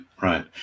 right